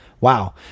Wow